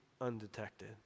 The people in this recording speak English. undetected